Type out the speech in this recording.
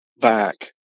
back